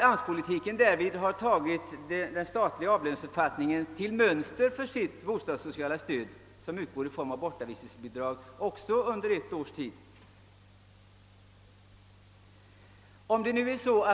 AMS-politiken har tagit den statliga avlöningsuppfattningen som mönster för sitt bostadssociala stöd, som också det utgår i form av bortavistelsebidrag under ett års tid.